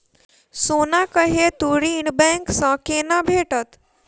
सोनाक हेतु ऋण बैंक सँ केना भेटत?